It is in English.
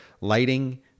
lighting